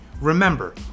remember